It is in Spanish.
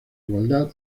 igualdad